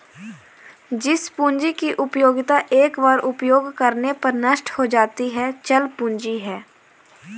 जिस पूंजी की उपयोगिता एक बार उपयोग करने पर नष्ट हो जाती है चल पूंजी है